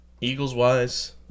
Eagles-wise